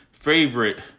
Favorite